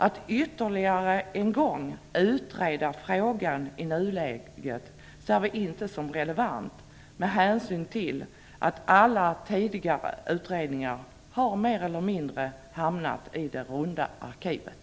Vi ser det inte som relevant att i nuläget ytterligare en gång utreda frågan, med hänsyn till att alla tidigare utredningar mer eller mindre har hamnat i det runda arkivet.